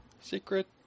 Secret